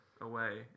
away